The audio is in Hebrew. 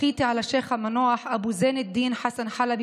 בכיתי על השייח' המנוח אבו זאין אלדין חסן חלבי,